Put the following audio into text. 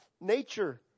nature